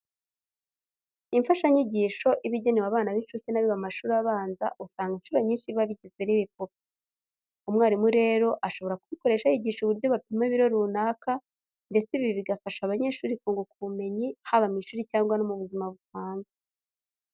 Imfashanyigisho iba igenewe abana b'incuke n'abiga mu mashuri abanza, usanga incuro nyinshi biba bigizwe n'ibipupe. Umwarimu rero ashobora kubikoresha yigisha uburyo bapima ibiro runaka, ndetse ibi bigafasha abanyeshuri kunguka ubumenyi haba mu ishuri cyangwa no mu buzima busanzwe.